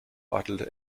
radelte